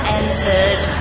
entered